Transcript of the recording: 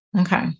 Okay